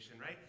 right